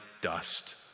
dust